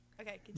Okay